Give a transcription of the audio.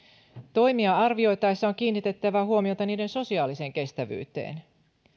toimia arvioitaessa on kiinnitettävä huomiota niiden sosiaaliseen kestävyyteen